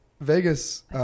Vegas